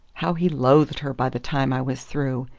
how he loathed her by the time i was through.